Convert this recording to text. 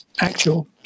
actual